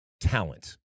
talent